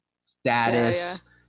status